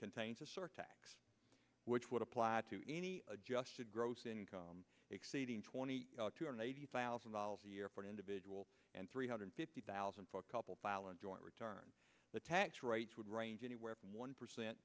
contains a surtax which would apply to any adjusted gross income exceeding twenty two hundred eighty thousand dollars a year for an individual and three hundred fifty thousand for couple filing joint return the tax rates would range anywhere from one percent